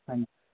ਹਾਂਜੀ